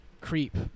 Creep